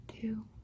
two